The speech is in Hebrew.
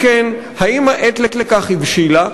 אם כן: האם העת לכך הבשילה,